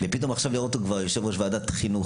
ופתאום עכשיו לראות אותו כבר יושב-ראש ועדת החינוך,